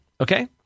Okay